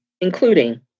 including